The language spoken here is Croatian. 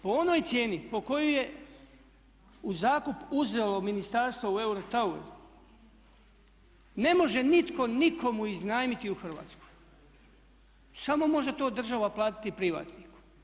Po onoj cijeni po kojoj je u zakup uzelo ministarstvo u eurotoweru ne može nitko nikomu iznajmiti u Hrvatskoj, samo možete to država platiti privatniku.